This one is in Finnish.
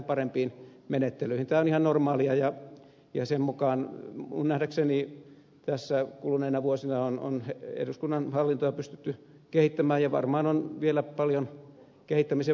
tämä on ihan normaalia ja sen mukaan minun nähdäkseni tässä kuluneina vuosina on eduskunnan hallintoa pystytty kehittämään ja varmaan on vielä paljon kehittämisen varaakin